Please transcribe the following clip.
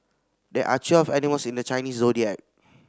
there are twelve animals in the Chinese Zodiac